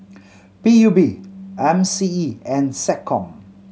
P U B M C E and SecCom